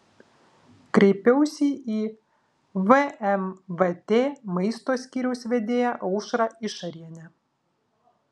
kreipiausi į vmvt maisto skyriaus vedėją aušrą išarienę